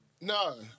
No